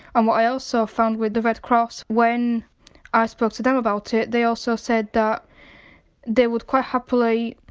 and what i also found with the red cross when i spoke to them about it they also said that they would quite happily